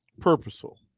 purposeful